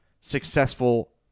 successful